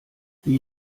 wie